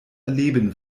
erleben